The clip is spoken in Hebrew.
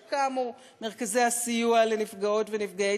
אחרי שקמו מרכזי הסיוע לנפגעות ונפגעי